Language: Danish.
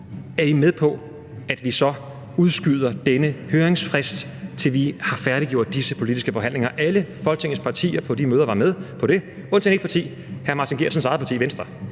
Er I med på, at vi udskyder den høringsfrist, til vi har færdiggjort de politiske forhandlinger? Alle Folketingets partier var på de møder med på det, undtagen et parti, nemlig hr. Martin Geertsens eget parti, Venstre.